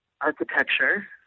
architecture